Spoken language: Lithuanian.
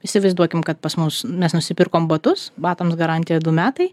įsivaizduokim kad pas mus mes nusipirkom batus batams garantija du metai